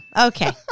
Okay